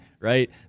right